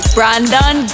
Brandon